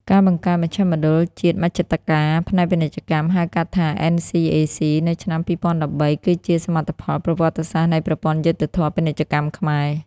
ការបង្កើតមជ្ឈមណ្ឌលជាតិមជ្ឈត្តការផ្នែកពាណិជ្ជកម្ម (ហៅកាត់ថា NCAC) នៅឆ្នាំ ២០១៣ គឺជាសមិទ្ធផលប្រវត្តិសាស្ត្រនៃប្រព័ន្ធយុត្តិធម៌ពាណិជ្ជកម្មខ្មែរ។